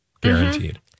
guaranteed